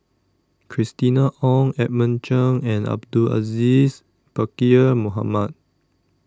Christina Ong Edmund Cheng and Abdul Aziz Pakkeer Mohamed